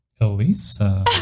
Elisa